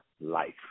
life